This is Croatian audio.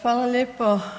Hvala lijepo.